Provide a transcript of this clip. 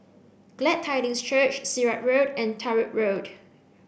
Glad Tidings Church Sirat Road and Larut Road